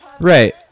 Right